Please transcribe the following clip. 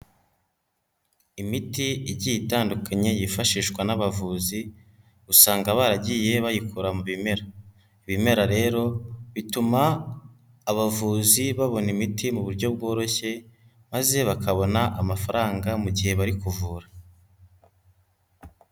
Imiti igiye itandukanye yifashishwa n'abavuzi usanga baragiye bayikura mu bimera. Ibimera rero bituma abavuzi babona imiti mu buryo bworoshye maze bakabona amafaranga mu gihe bari kuvura.